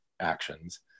actions